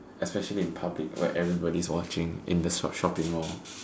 especially in public where everybody's watching in the shopping Mall